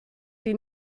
die